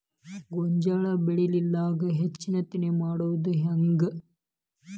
ಗೋಂಜಾಳ ಬೆಳ್ಯಾಗ ಹೆಚ್ಚತೆನೆ ಮಾಡುದ ಹೆಂಗ್?